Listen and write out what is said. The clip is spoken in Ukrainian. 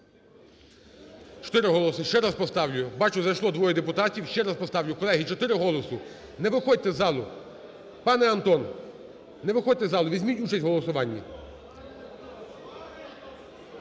Чотири голоси, ще раз поставлю. Бачу, зайшло двоє депутатів, ще раз поставлю. Колеги, чотири голоси, не виходьте з залу. Пане Антоне, не виходьте з залу, візьміть участь у голосуванні.